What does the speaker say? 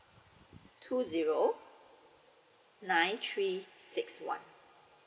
two zero nine three six one